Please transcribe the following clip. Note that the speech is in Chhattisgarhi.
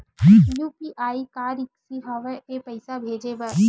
यू.पी.आई का रिसकी हंव ए पईसा भेजे बर?